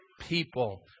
people